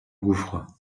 gouffre